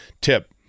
tip